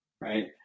right